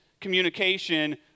communication